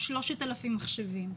עמד על 3,000 מחשבים.